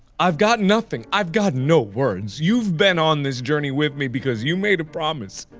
i've got nothing. i've got no words. you've been on this journey with me because you made a promise.